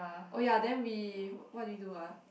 oh ya then we what did we do ah